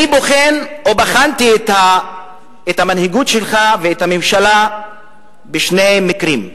אני בחנתי את המנהיגות שלך ואת הממשלה בשני מקרים,